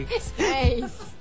Space